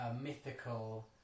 Mythical